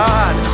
God